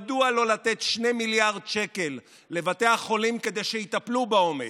מדוע לא לתת 2 מיליארד שקל לבתי החולים כדי שיטפלו בעומס?